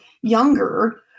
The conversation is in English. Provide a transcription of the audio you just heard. younger